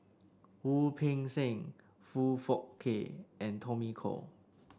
Wu Peng Seng Foong Fook Kay and Tommy Koh